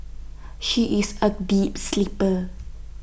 she is A deep sleeper